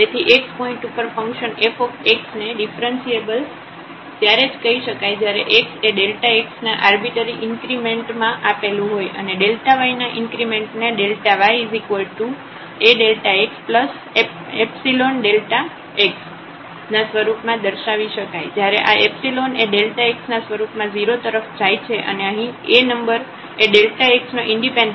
તેથી x point ઉપર function f ને ડિફ્રન્સિએબલ ત્યારે જ કહી શકાય જ્યારે x એ x ના આર્બિટરી ઇન્ક્રીમેન્ટ માં આપેલું હોય અને y ના ઇન્ક્રીમેન્ટ ને yA Δx ϵ Δx ના સ્વરૂપમાં દર્શાવી શકાય જ્યારે આ એx ના સ્વરૂપમાં 0 તરફ જાય છે અને અહીં A નંબર એ x નો ઈન્ડિપેન્ડેન્ટ છે